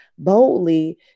boldly